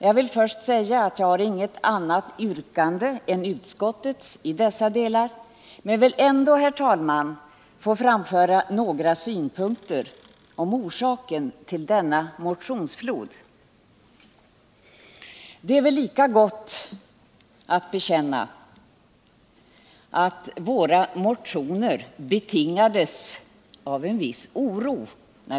Jag vill först säga att jag har inget annat yrkande än utskottets i dessa delar. Men jag vill ändå, herr talman, framföra några synpunkter på orsakerna till denna ”motionsflod”. Det är väl lika gott att bekänna att våra motioner betingades av en viss oro.